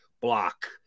block